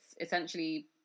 essentially